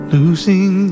Losing